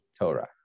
Torah